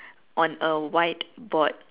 on a white board